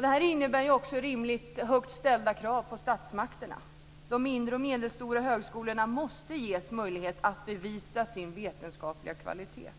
Det innebär rimligt högt ställda krav på statsmakterna. De mindre och medelstora högskolorna måste ges möjlighet att bevisa sin vetenskapliga kvalitet.